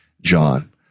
John